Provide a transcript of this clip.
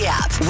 app